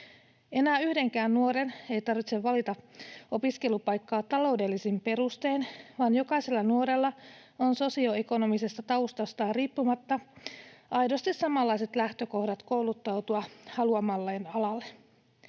Enää yhdenkään nuoren ei tarvitse valita opiskelupaikkaa taloudellisin perustein, vaan jokaisella nuorella on sosioekonomisesta taustastaan riippumatta aidosti samanlaiset lähtökohdat kouluttautua haluamalleen alalle.